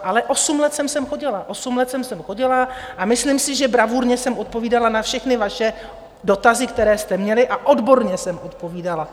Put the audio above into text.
Ale osm let jsem sem chodila, osm let jsem sem chodila a myslím si, že bravurně jsem odpovídala na všechny vaše dotazy, které jste měli, a odborně jsem odpovídala.